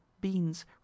beans